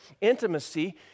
intimacy